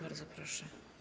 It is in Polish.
Bardzo proszę.